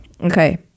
Okay